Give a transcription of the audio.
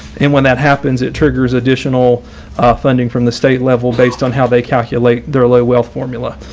and when that happens, it triggers additional funding from the state level based on how they calculate their lay wealth formula.